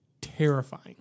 terrifying